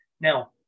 Now